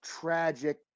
Tragic